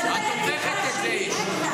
את הופכת את זה.